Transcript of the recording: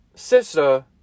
sister